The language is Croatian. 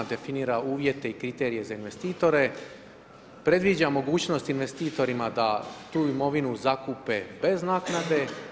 Definira uvjete i kriterije za investitore, predviđa mogućnost investitorima da tu imovinu zaokupe bez naknade.